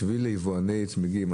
בשביל יבואני הצמיגים,